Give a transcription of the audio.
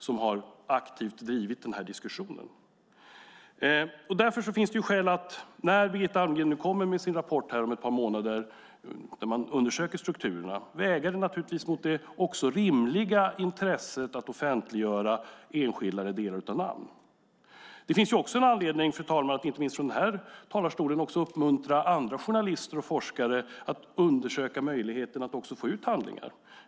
Hon har aktivt drivit den här diskussionen. Därför finns det skäl, när Birgitta Almgren kommer med sin rapport om ett par månader där man undersöker strukturerna, att väga det mot det rimliga intresset att offentliggöra enskilda eller delar av namn. Det finns också anledning, fru talman, att inte minst från denna talarstol uppmuntra andra forskare och journalister att undersöka möjligheten att få ut handlingar.